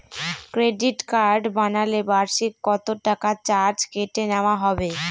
Credit card বানালে বার্ষিক কত টাকা চার্জ কেটে নেওয়া হবে?